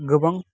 गोबां